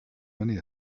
money